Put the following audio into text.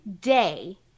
day